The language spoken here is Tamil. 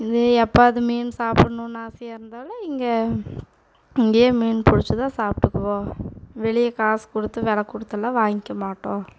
இது எப்பாது மீன் சாப்பிட்ணுன்னு ஆசையாக இருந்தாலும் இங்கே இங்கேயே மீன் பிடிச்சி தான் சாப்பிட்டுக்குவோம் வெளியே காசு கொடுத்து வில கொடுத்துலாம் வாங்கிக்க மாட்டோம்